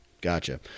Gotcha